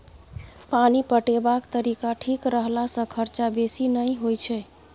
पानि पटेबाक तरीका ठीक रखला सँ खरचा बेसी नहि होई छै